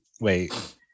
Wait